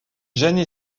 gènes